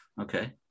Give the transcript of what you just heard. okay